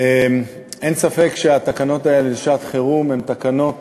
אין ספק שהתקנות האלה לשעת-חירום הן תקנות